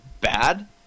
bad